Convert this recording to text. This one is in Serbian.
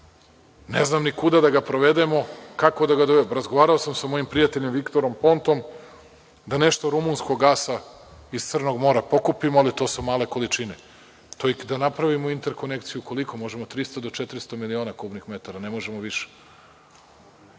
Ne znam ni kuda da ga provedemo, razgovarao sam sa mojim prijateljom Viktorom Pontom da nešto rumunskog gasa iz Crnog mora pokupimo, ali to su male količine. I da napravimo interkonekciju koliko možemo 300 do 400 miliona kubnih metara, ne možemo više. Ovo